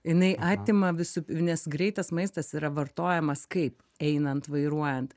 jinai atima visų nes greitas maistas yra vartojamas kaip einant vairuojant